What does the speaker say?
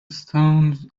stones